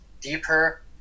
deeper